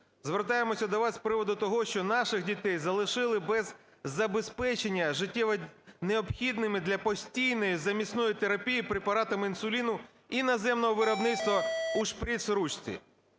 звертаємося до вас з приводу того, що наших дітей залишили без забезпечення життєво необхідними для постійної замісної терапії препаратами інсуліну іноземного виробництва у шприц-ручці".